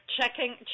checking